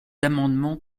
amendements